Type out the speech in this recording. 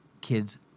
kids